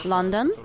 London